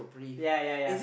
ya ya ya